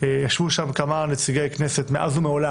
ישבו שם כמה נציגי כנסת מאז ומעולם,